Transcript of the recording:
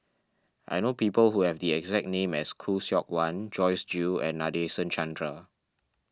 I know people who have the exact name as Khoo Seok Wan Joyce Jue and Nadasen Chandra